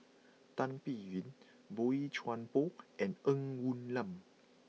Tan Biyun Boey Chuan Poh and Ng Woon Lam